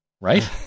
Right